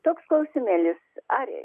toks klausimėlis ar